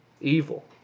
evil